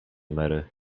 mary